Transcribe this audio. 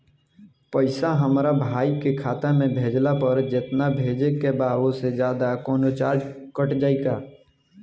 पैसा हमरा भाई के खाता मे भेजला पर जेतना भेजे के बा औसे जादे कौनोचार्ज कट जाई का?